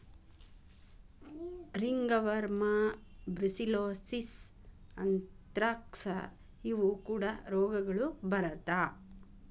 ringworm, brucellosis, anthrax ಇವು ಕೂಡಾ ರೋಗಗಳು ಬರತಾ